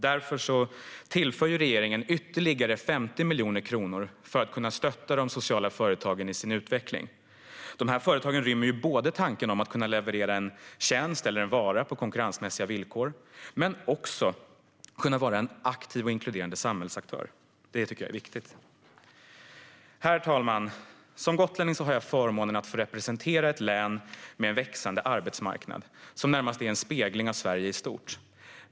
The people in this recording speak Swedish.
Därför tillför regeringen ytterligare 50 miljoner kronor för att kunna stötta de sociala företagen i deras utveckling. De här företagen rymmer både tanken om att kunna leverera en tjänst eller en vara på konkurrensmässiga villkor och tanken om att kunna vara en aktiv och inkluderande samhällsaktör. Det tycker jag är viktigt. Herr talman! Som gotlänning har jag förmånen att få representera ett län med en växande arbetsmarknad som närmast är en spegling av Sverige i stort.